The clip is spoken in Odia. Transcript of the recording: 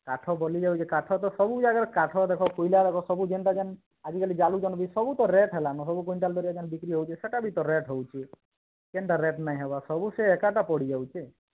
କାଠ ବଲି ଯାଉଛି କାଠ ତ ସବୁ ଜାଗାରେ କାଠ ଦେଖ କୋଇଲା ଦେଖ ସବୁ ଯେନ୍ତା କେନ୍ ଆଜିକାଲି ଜାଳୁଛନ ସବୁ ତ ରେଟ୍ ହେଲାନି କୁଁୱିଟୱାଲ ଦାରୀଆ ବିକ୍ରି ହେଉଛି ସେହିଟା ବି ତ ରେଟ୍ ହେଉଛି କେନ୍ତା ରେଟ୍ ନାଇଁ ହେବା ସବୁ ସେ ଏକା ଟା ପଡ଼ିଯାଉଛି